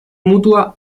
mutua